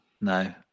No